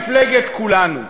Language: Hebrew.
מפלגת כולנו,